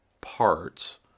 parts